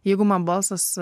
jeigu man balsas